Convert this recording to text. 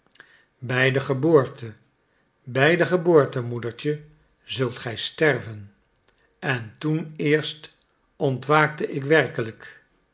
bij de geboorte bij de geboorte moedertje zult gij sterven en toen eerst ontwaakte ik werkelijk